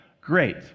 great